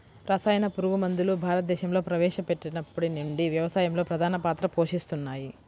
రసాయన పురుగుమందులు భారతదేశంలో ప్రవేశపెట్టినప్పటి నుండి వ్యవసాయంలో ప్రధాన పాత్ర పోషిస్తున్నాయి